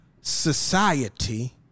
society